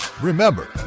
Remember